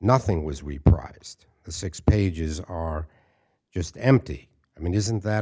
nothing was repriced six pages are just empty i mean isn't that